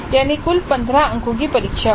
यानी कुल 15 अंकों की परीक्षा होगी